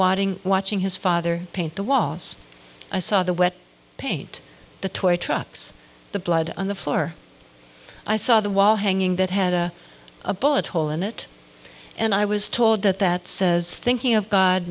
watching watching his father paint the walls i saw the wet paint the toy trucks the blood on the floor i saw the wall hanging that had a bullet hole in it and i was told that that says thinking of god